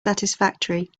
satisfactory